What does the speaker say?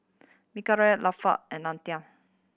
Mikhail Latif and Nadia